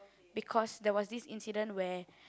because there was this incident where